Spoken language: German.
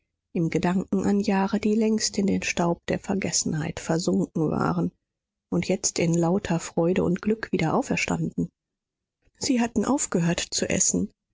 im gedanken an jahre die längst in den staub der vergessenheit versunken waren und jetzt in lauter freude und glück wieder auferstanden sie hatten aufgehört zu essen